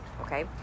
okay